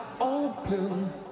open